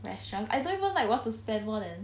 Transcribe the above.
restaurant I don't even like want to spend more than